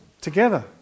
together